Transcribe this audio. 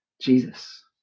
Jesus